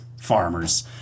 Farmers